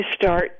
start